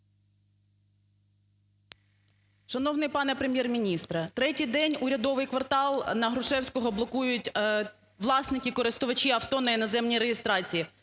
Шановний пане Прем'єр-міністре, третій день урядовий квартал на Грушевського блокують власники-користувачі авто на іноземній реєстрації